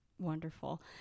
Wonderful